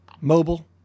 Mobile